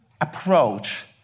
approach